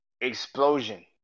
Explosion